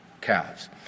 calves